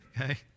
Okay